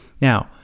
Now